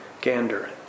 Gander